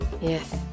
Yes